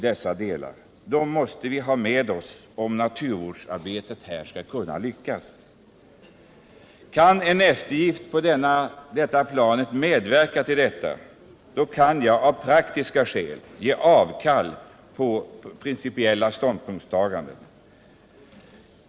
Vi måste ha dem med oss, om naturvårdsarbetet här skall kunna lyckas. Kan en eftergift på detta plan medverka till detta, då kan jag av praktiska skäl ge avkall på principiella ståndpunktstaganden.